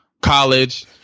college